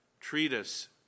treatise